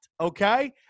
Okay